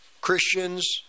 Christians